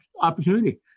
opportunity